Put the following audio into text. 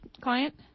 client